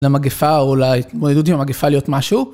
למגפה או להתמודדות עם המגפה להיות משהו.